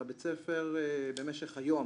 בית הספר במשך היום,